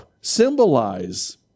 symbolize